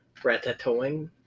Ratatouille